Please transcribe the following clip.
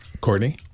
Courtney